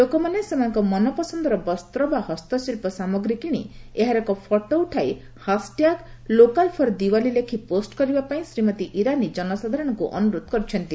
ଲୋକମାନେ ସେମାନଙ୍କ ମନପସନ୍ଦର ବସ୍ତ୍ର ବା ହସ୍ତଶିଳ୍ପ ସାମଗ୍ରୀ କିଣି ଏହାର ଏକ ଫଟୋ ଉଠାଇ hash tag 'local for Diwali' ଲେଖି ପୋଷ୍ଟ କରିବା ପାଇଁ ଶ୍ରୀମତୀ ଇରାନୀ ଜନସାଧାରଣଙ୍କୁ ଅନୁରୋଧ କରିଛନ୍ତି